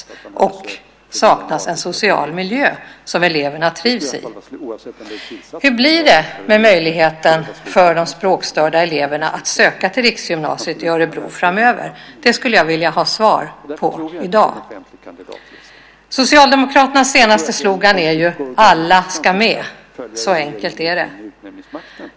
Dessutom saknas en social miljö som eleverna trivs i. Hur blir det med möjligheten för de språkstörda eleverna att söka till riksgymnasiet i Örebro? Det skulle jag vilja ha svar på i dag. Socialdemokraternas senaste slogan är Alla ska med - så enkelt är det!